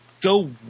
go